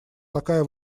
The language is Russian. такая